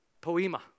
Poema